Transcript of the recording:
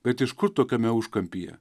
bet iš kur tokiame užkampyje